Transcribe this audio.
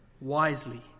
wisely